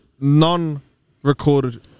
non-recorded